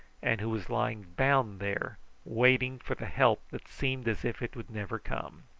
and who was lying bound there waiting for the help that seemed as if it would never come.